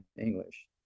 english